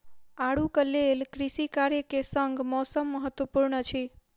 आड़ूक लेल कृषि कार्य के संग मौसम महत्वपूर्ण अछि